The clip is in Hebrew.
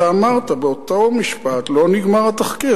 אתה אמרת, באותו משפט: לא נגמר התחקיר.